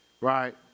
right